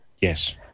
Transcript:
Yes